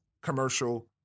commercial